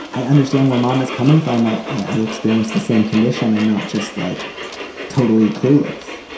i understand where mom is coming from i i experienced the same condition. i'm not just like totally clueless.